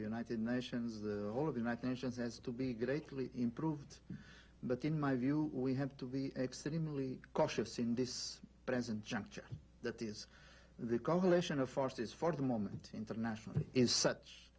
united nations the whole of the united nations has to be greatly improved but in my view we have to be extremely cautious in this present juncture that is the coalition of forces for the moment internationally is such